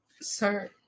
Sir